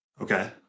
Okay